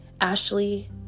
Ashley